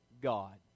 God